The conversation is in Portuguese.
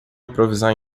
improvisar